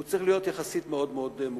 הוא צריך להיות יחסית מאוד מאוד מוגדר.